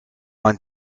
man